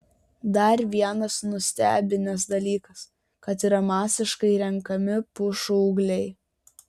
dar vienas nustebinęs dalykas kad yra masiškai renkami pušų ūgliai